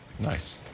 nice